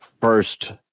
first